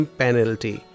penalty